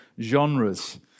genres